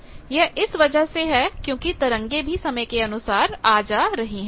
यह इस वजह से है क्योंकि तरंगे भी समय के अनुसार आ जा रही हैं